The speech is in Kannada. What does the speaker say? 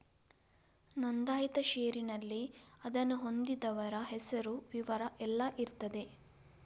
ನೋಂದಾಯಿತ ಷೇರಿನಲ್ಲಿ ಅದನ್ನು ಹೊಂದಿದವರ ಹೆಸರು, ವಿವರ ಎಲ್ಲ ಇರ್ತದೆ